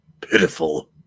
Pitiful